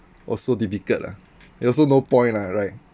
also difficult lah and also no point lah right